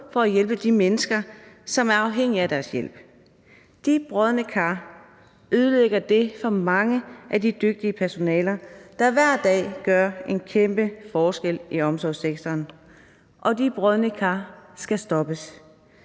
for at hjælpe de mennesker, som er afhængige af deres hjælp. De brodne kar ødelægger det for mange af de dygtige personaler, der hver dag gør en kæmpe forskel i omsorgssektoren. Og de brodne kar skal stoppes.